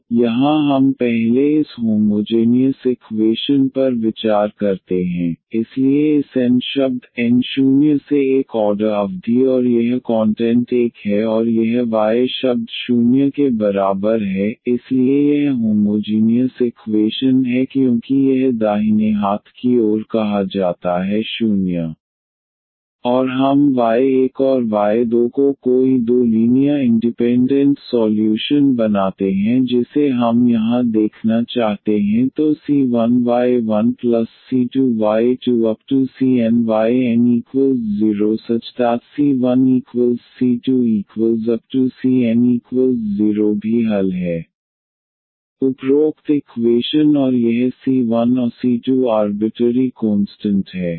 तो यहां हम पहले इस होमोजेनियस इक्वेशन पर विचार करते हैं इसलिए इस n शब्द n शून्य से 1 वां ऑर्डर अवधि और यह कॉन्टेंट एक है और यह y शब्द 0 के बराबर है इसलिए यह होमोजीनियस इक्वेशन है क्योंकि यह दाहिने हाथ की ओर कहा जाता है 0 और हम y 1 और y 2 को कोई 2 लीनियर इंडिपेंडेंट सॉल्यूशन बनाते हैं जिसे हम यहाँ देखना चाहते हैं तो c1y1c2y2⋯cnyn0⇒c1c2⋯cn0 भी हल है उपरोक्त इक्वेशन और यह c1 और c2 आर्बिटरी कोंस्टंट है